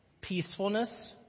peacefulness